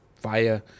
via